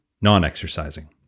non-exercising